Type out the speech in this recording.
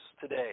today